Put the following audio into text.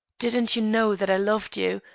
didn't you know that i loved you?